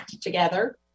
together